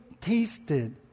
tasted